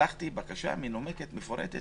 שלחתי בקשה מנומקת ומפורטת,